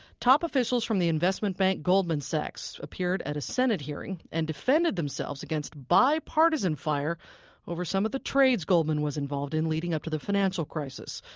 top officials from the investment bank goldman sachs appeared at a senate hearing and defended themselves against bipartisan fire over some of the trades goldman was involved in leading up to the financial crisis.